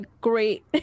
great